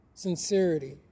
sincerity